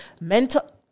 mental